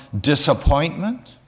disappointment